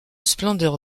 splendeur